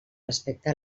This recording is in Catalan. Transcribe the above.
respecte